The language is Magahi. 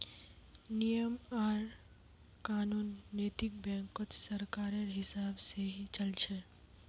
नियम आर कानून नैतिक बैंकत सरकारेर हिसाब से ही चल छ